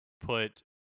put